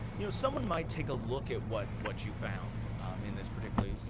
you know, someone might take a look at what what you found in this particularly, you